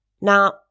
Now